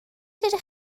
ydych